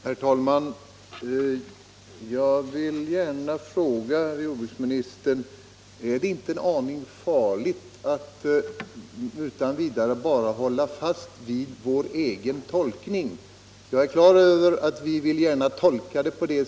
Herr talman! Jag vill fråga jordbruksministern: Är det inte en aning farligt att utan vidare hålla fast vid vår egen tolkning när det gäller 1964 års konvention?